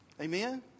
Amen